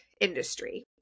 industry